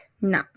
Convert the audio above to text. No